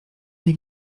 nie